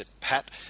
Pat